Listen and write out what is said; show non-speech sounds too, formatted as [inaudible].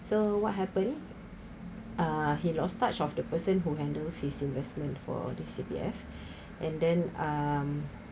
so what happened err he lost touch of the person who handles his investment for this C_P_F [breath] and then um